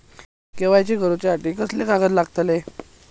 KYC करूच्या खातिर कसले कागद लागतले?